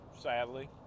sadly